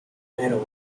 nerone